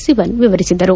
ಸಿವನ್ ವಿವರಿಸಿದರು